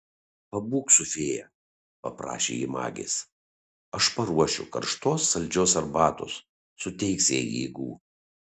pabūk su fėja paprašė ji magės aš paruošiu karštos saldžios arbatos suteiks jai jėgų